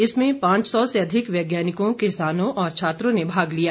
इसमें पांच सौ से अधिक वैज्ञानिकों किसानों और छात्रों ने भाग लिया